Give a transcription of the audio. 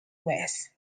west